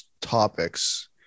topics